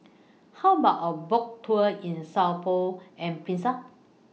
How about A Boat Tour in Sao Tome and Principe